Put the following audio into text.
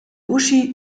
uschi